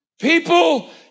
People